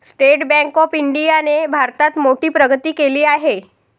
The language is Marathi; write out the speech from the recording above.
स्टेट बँक ऑफ इंडियाने भारतात मोठी प्रगती केली आहे